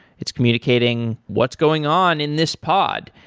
it's communicating what's going on in this pod,